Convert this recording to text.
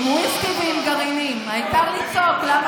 מה לעשות.